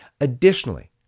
Additionally